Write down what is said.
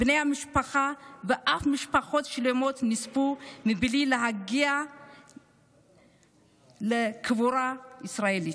בני משפחה ואף משפחות שלמות שנספו בלי להגיע לקבורה ישראלית.